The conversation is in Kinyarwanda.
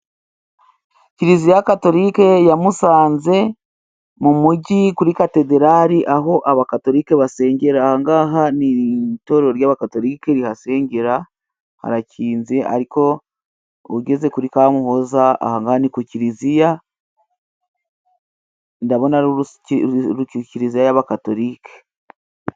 Kiliziya Katolike ya Musanze mu mujyi kuri katedarali, aho Abakatolika basengera. Aha ngaha ni itorero ry'Abagatolika rihasengera, harakinze ariko ugeze kuri Kamuhoza, aha ngaha ni ku Kiliziya, ndabona ari Kiriziya y'Abagatolika.